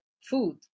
food